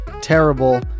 terrible